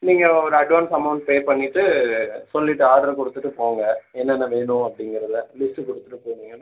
நீங்கள் ஒரு advance amount pay பண்ணிட்டு சொல்லிட்டு ஆர்டர் கொடுத்துட்டு போங்க என்னென்ன வேணும் அப்படிங்கிறதுல லிஸ்ட்டு கொடுத்துட்டு போனீங்கன்னா